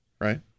right